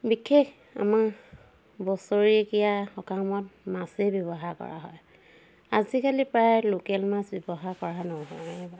বিখেষ আমাৰ বছৰেকীয়া সকামত মাছেই ব্যৱহাৰ কৰা হয় আজিকালি প্ৰায় লোকেল মাছ ব্যৱহাৰ কৰা নহয়েই